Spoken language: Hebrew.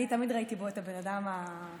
אני תמיד ראיתי בו את הבן אדם הנעים,